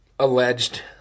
alleged